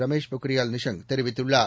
Ramesh Pokhriyal நிஷாங்தெரிவித்துள்ளார்